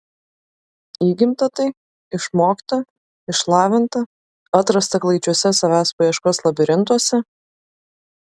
įgimta tai išmokta išlavinta atrasta klaidžiuose savęs paieškos labirintuose